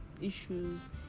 issues